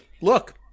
Look